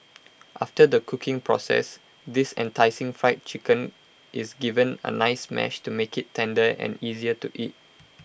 after the cooking process this enticing Fried Chicken is given A nice mash to make IT tender and easier to eat